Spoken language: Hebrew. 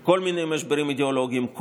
כל מיני משברים אידיאולוגיים,